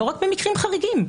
לא רק במקרים חריגים.